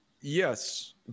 Yes